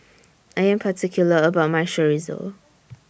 I Am particular about My Chorizo